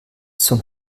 zum